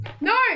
No